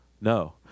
No